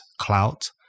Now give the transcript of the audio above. clout